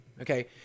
okay